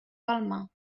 palmar